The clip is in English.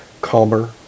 calmer